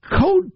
Code